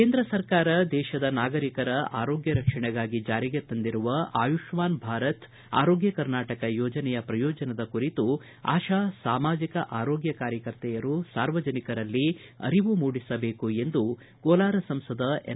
ಕೇಂದ್ರ ಸರ್ಕಾರ ದೇಶದ ನಾಗರಿಕರ ಆರೋಗ್ಯ ರಕ್ಷಣೆಗಾಗಿ ಜಾರಿಗೆ ತಂದಿರುವ ಆಯುಷ್ಮಾನ್ ಭಾರತ್ ಆರೋಗ್ಯ ಕರ್ನಾಟಕ ಯೋಜನೆಯ ಪ್ರಯೋಜನದ ಕುರಿತು ಆಶಾ ಸಾಮಾಜಿಕ ಆರೋಗ್ಯ ಕಾರ್ಯಕರ್ತೆಯರು ಸಾರ್ವಜನಿಕರಲ್ಲಿ ಅರಿವು ಮೂಡಿಸಬೇಕು ಎಂದು ಕೋಲಾರ ಸಂಸದ ಎಸ್